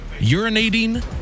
urinating